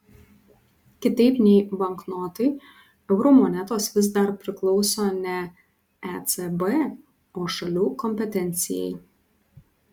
kitaip nei banknotai eurų monetos vis dar priklauso ne ecb o šalių kompetencijai